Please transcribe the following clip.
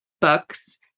books